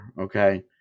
okay